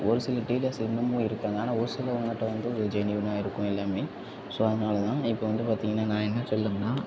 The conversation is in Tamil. ஒரு சில டீலர்ஸ் இன்னமும் இருக்காங்க ஆனால் ஒரு சிலவங்க மட்டும் வந்து ஜெனியூன்னா இருக்கும் எல்லாமே ஸோ அதனால தான் இப்போ வந்து பார்த்தீங்கன்னா நான் என்ன சொல்லணும்னா